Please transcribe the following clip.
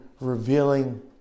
revealing